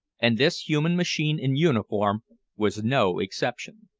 and this human machine in uniform was no exception.